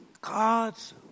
God's